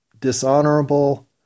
dishonorable